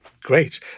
Great